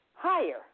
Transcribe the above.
Higher